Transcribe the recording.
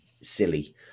silly